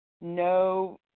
no